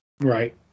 Right